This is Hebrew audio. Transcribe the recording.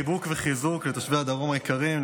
חיבוק וחיזוק לתושבי הדרום היקרים,